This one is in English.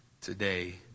Today